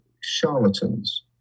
charlatans